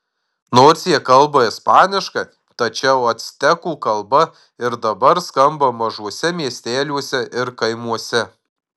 nors jie kalba ispaniškai tačiau actekų kalba ir dabar skamba mažuose miesteliuose ir kaimuose